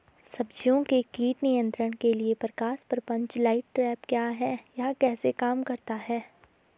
सब्जियों के कीट नियंत्रण के लिए प्रकाश प्रपंच लाइट ट्रैप क्या है यह कैसे काम करता है?